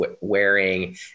wearing